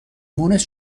مونس